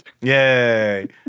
Yay